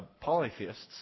polytheists